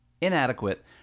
inadequate